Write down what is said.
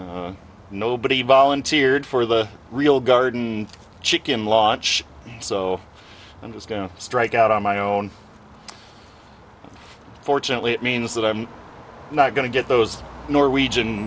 have nobody volunteered for the real garden chicken launch so i'm just going to strike out on my own fortunately it means that i'm not going to get those norwegian